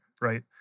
Right